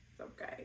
okay